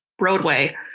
roadway